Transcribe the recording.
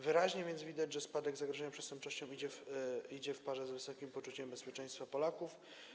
Wyraźnie widać, że spadek zagrożenia przestępczością idzie w parze z wysokim poczuciem bezpieczeństwa Polaków.